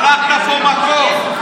הלכת פה מכות.